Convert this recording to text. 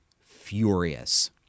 furious